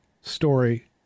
story